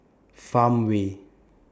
Farmway